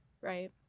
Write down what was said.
right